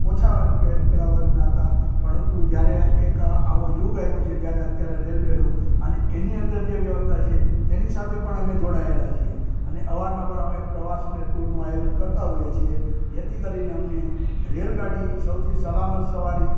ઓછા એમ કે પેલા વર્ગના હતા પણ હતું જ્યારે એક આવો યુગ આવ્યો છે જ્યારે અત્યારે રેલવેનો અને એની અંદર જે વ્યવસ્થા છે તેની સાથે પણ અમે જોડાયેલા છીએ અને અવારનવાર અમે પ્રવાસ ને ટૂરનું આયોજન કરતાં હોઈએ છીએ જેથી કરીને અમને રેલગાડી સૌથી સલામત સવારી